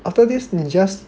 after this 你 just